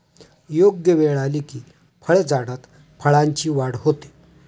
योग्य वेळ आली की फळझाडात फळांची वाढ होते